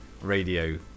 radio